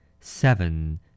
seven